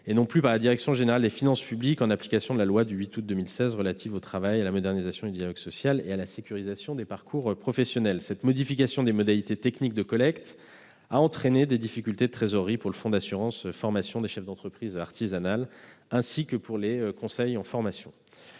et non plus par la direction générale des finances publiques, en application de la loi du 8 août 2016 relative au travail, à la modernisation du dialogue social et à la sécurisation des parcours professionnels. Cette modification des modalités techniques de collecte a entraîné des difficultés de trésorerie pour le fonds d'assurance formation des chefs d'entreprise artisanale, ainsi que pour les conseils de la formation.